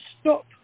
stop